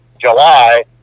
July